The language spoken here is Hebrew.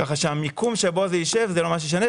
כך שהמיקום בו זה ישב, זה לא ממש ישנה.